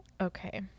Okay